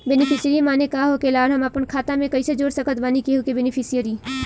Beneficiary माने का होखेला और हम आपन खाता मे कैसे जोड़ सकत बानी केहु के बेनीफिसियरी?